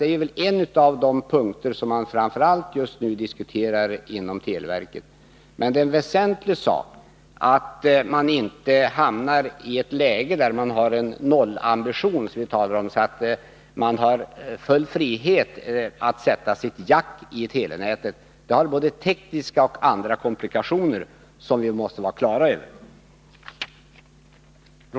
Det är en av de punkter som framför allt diskuteras just nu inom televerket. Men det är väsentligt att inte hamna i ett läge med nollambition, så att det finns full frihet att sätta sitt jack i telenätet. Det innebär både tekniska och andra komplikationer som vi måste vara klara över.